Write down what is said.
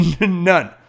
None